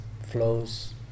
flows